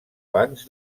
bancs